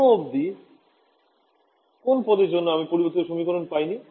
এখনও অবধি কোন পদের জন্য আমি পরিবর্তিত সমীকরণ পাই নি